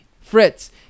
Fritz